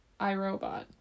irobot